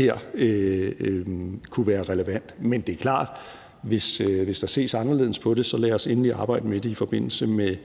år kunne være relevant og fornuftig her. Men det er klart, at hvis der ses anderledes på det, kan vi arbejde med det i forbindelse med